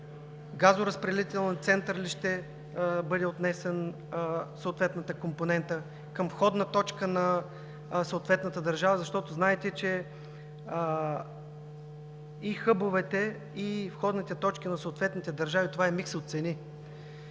газоразпределителния център ли ще бъде отнесена съответната компонента, към входна точка на съответната държава, защото знаете, че и хъбовете, и входните точки на съответната държава – това е микс от цени.